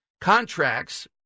contracts